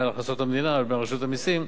מינהל הכנסות המדינה לבין רשות המסים,